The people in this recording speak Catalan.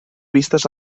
vistes